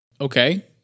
okay